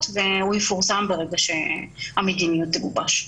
והוא יפורסם ברגע שהמדיניות תגובש.